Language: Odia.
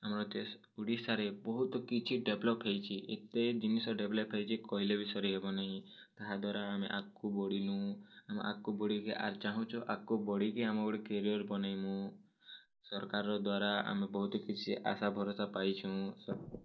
ଆମର ଓଡ଼ିଶା ରେ ବହୁତ କିଛି ଡେଭ୍ଲପ୍ ହେଇଛି ଏତେ ଜିନିଷ ଡେଭ୍ଲପ୍ ହେଇଛି କହିଲେ ବି ସରି ହେବ ନାହିଁ ତାହା ଦ୍ଵାରା ଆମେ ଆଗ୍କୁ ବଢ଼ିଲୁ ଆମେ ଆଗ୍କୁ ବଢ଼ିକି ଆର୍ ଚାହୁଁଛୁ ଆଗ୍କୁ ବଢ଼ିକି ଆମେ ଗୁଟେ କ୍ୟାରିୟର୍ ବନେଇବୁ ସରକାର ର ଦ୍ଵାରା ଆମେ ବହୁତ କିଛି ଆଶା ଭରସା ପାଇଛୁଁ